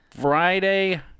Friday